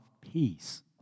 peace